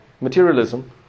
materialism